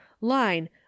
line